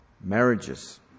marriages